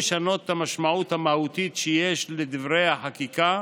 לשנות את המשמעות המהותית שיש לדברי החקיקה